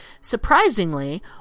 Surprisingly